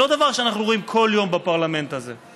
זה לא דבר שאנחנו רואים כל יום בפרלמנט הזה.